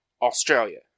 Australia